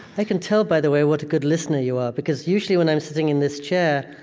i can tell by the way what a good listener you are, because usually when i'm sitting in this chair,